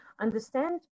understand